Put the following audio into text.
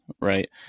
right